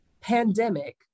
pandemic